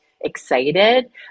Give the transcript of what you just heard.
excited